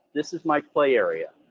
this is my play area,